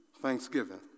Thanksgiving